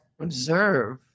observe